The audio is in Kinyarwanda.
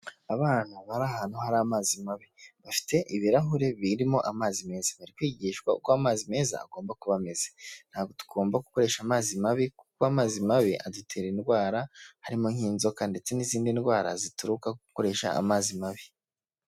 Abana bari ahantu hari amazi mabi bafite ibirahuri birimo amazi bari kwigishwa uko amazi meza agomba kuba ameza ntabwo tugomba gukoresha amazi mabi kuko amazi mabi adutera indwara harimo nk'inzoka ndetse n'izindi ndwara zituruka kugukoresha amazi mabi.